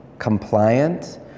Compliant